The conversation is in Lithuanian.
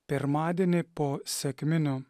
pirmadienį po sekminių